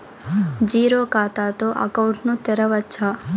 Zero ఖాతా తో account ను తెరవచ్చా?